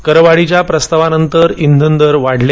करवाढीच्या प्रस्तावानंतर इंधन दर वाढले